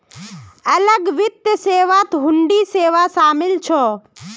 अलग वित्त सेवात हुंडी सेवा शामिल छ